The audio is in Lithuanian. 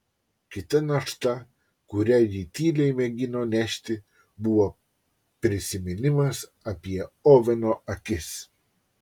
kita našta kurią ji tyliai mėgino nešti buvo prisiminimas apie oveno akis